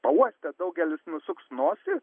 pauostę daugelis nusuks nosį